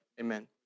Amen